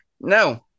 No